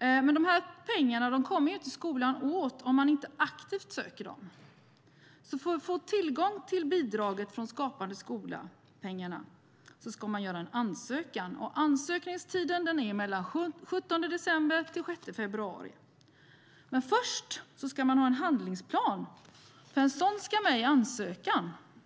Men de pengarna kommer skolan inte åt om man inte aktivt söker dem. För att få tillgång till Skapande skola-pengarna ska man göra en ansökan, och ansökningstiden är mellan den 17 december och den 6 februari. Men först ska man ha en handlingsplan, för en sådan ska vara med i ansökan.